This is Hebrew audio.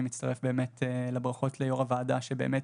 אני מצטרף לברכות ליו"ר הוועדה שבאמת